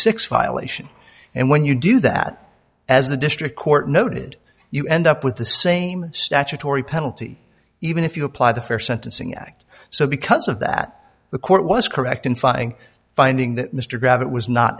six violation and when you do that as the district court noted you end up with the same statutory penalty even if you apply the fair sentencing act so because of that the court was correct in finding finding that mr grab it was not